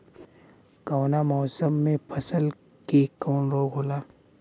कवना मौसम मे फसल के कवन रोग होला?